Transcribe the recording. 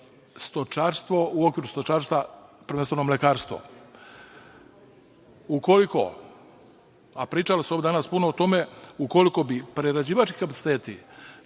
stočarstvo, u okviru stočarstva prvenstveno mlekarstvo. Ukoliko, a pričalo se danas puno o tome, ukoliko bi prerađivački kapaciteti